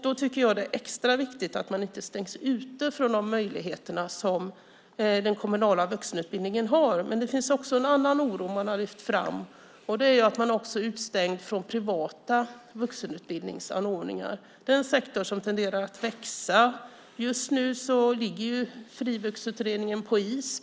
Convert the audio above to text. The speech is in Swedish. Det är extra viktigt att människor inte stängs ute från de möjligheter som den kommunala vuxenutbildningen har. Men det finns också en annan oro som man har lyft fram. Man är även utestängd från privata vuxenutbildningsanordningar. Det är en sektor som tenderar att växa. Just nu ligger Frivuxutredningen på is.